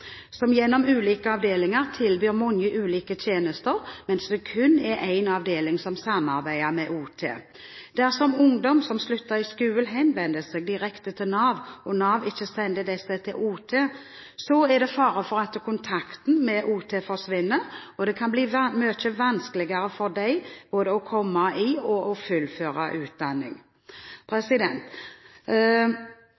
som gjennom ulike avdelinger tilbyr mange ulike tjenester, mens det kun er én avdeling som samarbeider med OT. Dersom ungdom som slutter skolen, henvender seg direkte til Nav, og Nav ikke sender disse til OT, er det fare for at kontakten med OT forsvinner, og det kan bli mye vanskeligere for dem både å komme i og å fullføre utdanning.